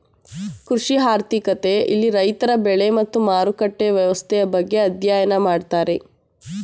ಕೃಷಿ ಆರ್ಥಿಕತೆ ಇಲ್ಲಿ ರೈತರ ಬೆಳೆ ಮತ್ತು ಮಾರುಕಟ್ಟೆಯ ವ್ಯವಸ್ಥೆಯ ಬಗ್ಗೆ ಅಧ್ಯಯನ ಮಾಡ್ತಾರೆ